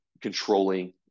controlling